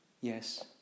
yes